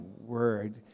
word